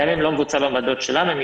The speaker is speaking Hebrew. גם אם לא מבוצע במעבדות שלהן,